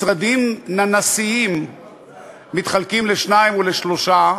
משרדים ננסיים מתחלקים לשניים ולשלושה,